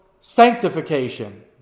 sanctification